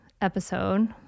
episode